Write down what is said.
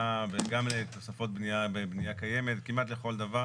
וגם לתוספות בנייה בבנייה קיימת וכמעט לכל דבר